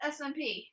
smp